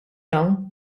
dawn